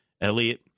Elliot